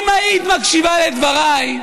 אולי אם היית מקשיבה לדבריי,